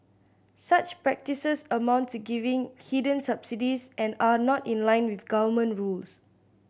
such practices amount to giving hidden subsidies and are not in line with government rules